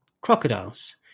crocodiles